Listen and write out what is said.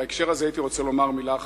בהקשר הזה הייתי רוצה לומר מלה אחת.